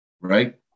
right